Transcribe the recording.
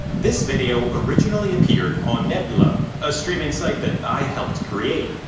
this video originally appeared on nebula. a streaming site that i helped create.